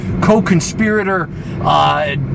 co-conspirator